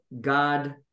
God